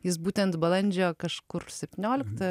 jis būtent balandžio kažkur septynioliktą